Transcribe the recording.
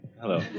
Hello